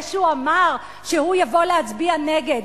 זה שהוא אמר שהוא יבוא להצביע נגד,